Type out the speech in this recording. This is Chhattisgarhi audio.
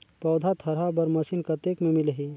पौधा थरहा बर मशीन कतेक मे मिलही?